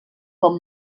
com